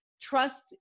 trust